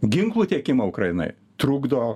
ginklų tiekimą ukrainai trukdo